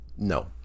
No